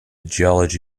geology